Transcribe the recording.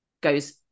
goes